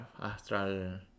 astral